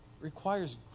requires